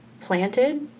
planted